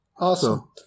Awesome